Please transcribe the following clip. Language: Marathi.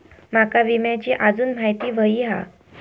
माका विम्याची आजून माहिती व्हयी हा?